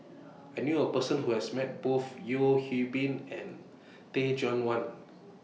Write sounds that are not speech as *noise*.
*noise* I knew A Person Who has Met Both Yeo Hwee Bin and Teh Cheang Wan